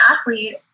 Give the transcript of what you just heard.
athlete